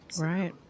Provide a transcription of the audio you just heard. Right